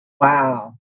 Wow